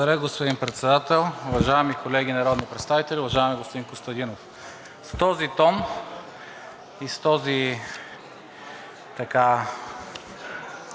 Благодаря, господин Председател. Уважаеми колеги народни представители! Уважаеми господин Костадинов, с този тон и с този Ваш